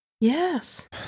Yes